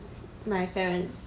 my parents or cause near 那个是